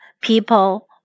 people